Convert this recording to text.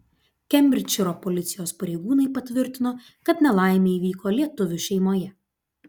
kembridžšyro policijos pareigūnai patvirtino kad nelaimė įvyko lietuvių šeimoje